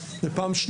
פעם אחת בהגדלת השכר,